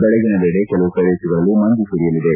ಬೆಳಗಿನ ವೇಳೆ ಕೆಲವು ಪ್ರದೇಶಗಳಲ್ಲಿ ಮಂಜು ಸುರಿಯಲಿದೆ